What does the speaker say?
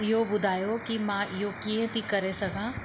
इहो ॿुधायो कि मां इहो कीअं थी करे सघां